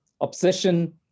obsession